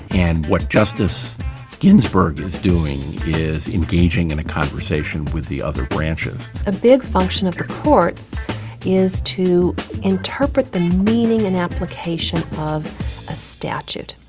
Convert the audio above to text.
and what justice ginsburg is doing is engaging in a conversation with the other branches. a big function of the courts is to interpret the meaning and application of a statute.